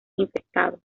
infectados